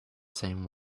same